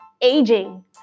aging